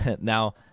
now